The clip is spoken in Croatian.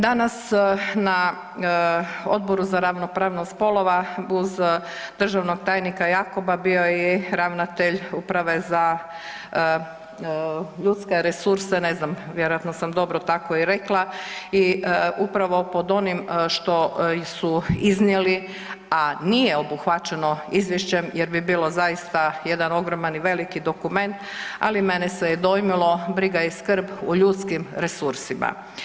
Danas na Odboru za ravnopravnost spolova uz državnog tajnika Jakoba bio je i ravnatelj uprave za ljudske resurse, ne znam vjerojatno sam dobro tako i rekla i upravo pod onim što su iznijeli, a nije obuhvaćeno izvješćem jer bi bilo zaista jedan ogroman i veliki dokument, ali mene se je dojmilo, briga i skrb u ljudskim resursima.